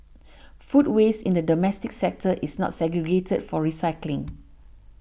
food waste in the domestic sector is not segregated for recycling